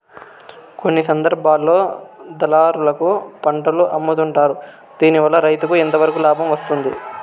కొన్ని సందర్భాల్లో దళారులకు పంటలు అమ్ముతుంటారు దీనివల్ల రైతుకు ఎంతవరకు లాభం వస్తుంది?